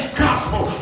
gospel